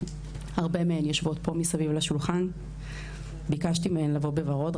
הרבה מהן יושבות פה מסביב לשולחן.ביקשתי מהן לעבור בוורוד,